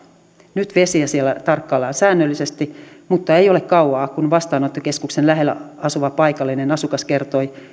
nyt vesiä siellä tarkkaillaan säännöllisesti mutta ei ole kauaa siitä kun vastaanottokeskuksen lähellä asuva paikallinen asukas kertoi